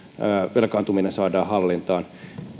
velkaantuminen saadaan hallintaan